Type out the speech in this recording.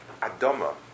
adama